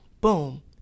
boom